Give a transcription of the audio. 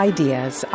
Ideas